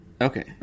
Okay